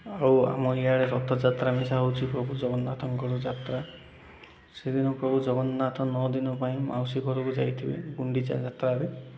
ଆଉ ଆମ ଇଆଡ଼େ ରତଯାତ୍ରା ମିଶା ହେଉଛି ପ୍ରଭୁ ଜଗନ୍ନାଥଙ୍କର ଯାତ୍ରା ସେଦିନ ପ୍ରଭୁ ଜଗନ୍ନାଥ ନଅ ଦିନ ପାଇଁ ମାଉସୀ ଘରକୁ ଯାଇଥିବେ ଗୁଣ୍ଡିଚା ଯାତ୍ରାରେ